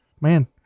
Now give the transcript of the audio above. man